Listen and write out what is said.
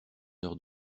heure